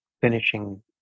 finishing